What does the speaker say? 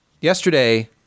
Yesterday